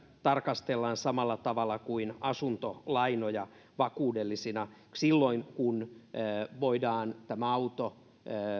tarkastellaan samalla tavalla kuin asuntolainoja vakuudellisina silloin kun voidaan auto